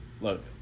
Look